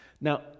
Now